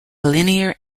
linear